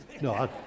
No